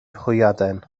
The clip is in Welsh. hwyaden